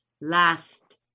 last